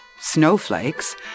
snowflakes